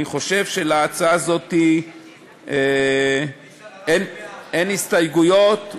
אני חושב שלהצעה הזאת אין הסתייגויות,